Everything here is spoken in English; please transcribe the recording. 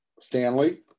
Stanley